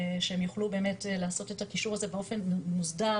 שהם יוכלו באמת לעשות את הקישור הזה באופן מוסדר,